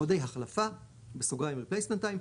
מועדי החלפה (Replacement time),